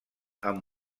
amb